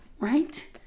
right